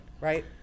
Right